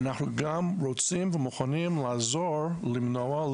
אנחנו גם רוצים ומוכנים לעזור למנוע,